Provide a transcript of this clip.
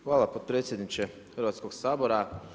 Hvala potpredsjedniče Hrvatskog sabora.